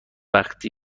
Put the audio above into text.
وقتی